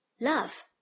Love